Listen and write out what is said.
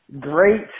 Great